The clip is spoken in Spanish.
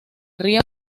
ría